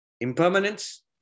impermanence